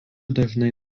dažnai